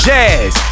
Jazz